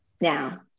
Now